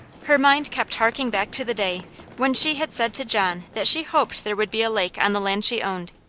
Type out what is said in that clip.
her mind kept harking back to the day when she had said to john that she hoped there would be a lake on the land she owned,